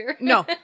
no